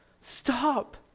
Stop